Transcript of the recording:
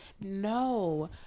No